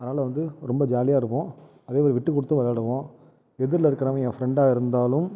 அதனால் வந்து ரொம்ப ஜாலியாக இருப்போம் அதேபோல விட்டுகொடுத்தும் விளையாடுவோம் எதிரில் இருக்கிறவன் என் ஃப்ரெண்டாக இருந்தாலும்